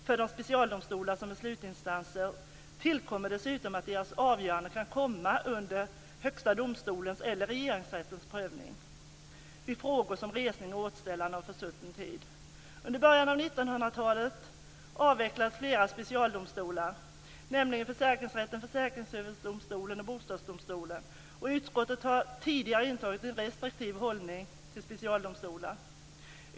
För de specialdomstolar som är slutinstanser tillkommer dessutom att deras avgöranden kan komma under Högsta domstolens eller Regeringsrättens prövning vid frågor om resning och återställande av försutten tid. Under början av 1990-talet avvecklades flera specialdomstolar, nämligen försäkringsrätterna, Försäkringsöverdomstolen och Bostadsdomstolen. Utskottet har tidigare intagit en restriktiv hållning till specialdomstolar.